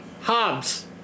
Hobbs